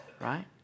Right